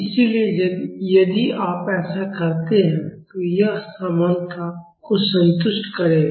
इसलिए यदि आप ऐसा करते हैं तो यह समानता को संतुष्ट करेगा